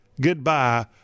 goodbye